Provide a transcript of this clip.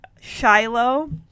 Shiloh